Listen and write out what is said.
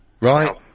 Right